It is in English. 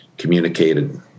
communicated